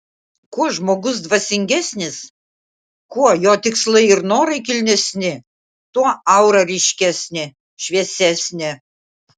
kuo žmogus dvasingesnis kuo jo tikslai ir norai kilnesni tuo aura ryškesnė šviesesnė